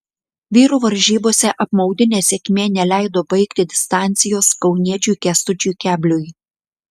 vyrų varžybose apmaudi nesėkmė neleido baigti distancijos kauniečiui kęstučiui kebliui